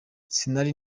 sinari